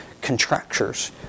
contractures